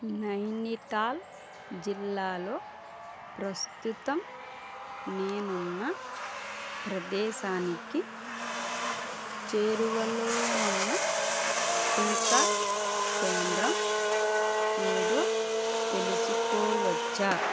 నైనిటాల్ జిల్లాలో ప్రస్తుతం నేనున్న ప్రదేశానికి చేరువలోనున్న టీకా కేంద్రం ఏదో తెలుసుకోవచ్చా